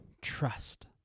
trust